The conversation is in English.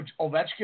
Ovechkin